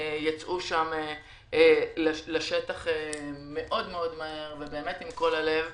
יצאו לשטח מאוד מהר ועם כל הלב.